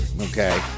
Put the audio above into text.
okay